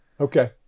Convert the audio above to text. Okay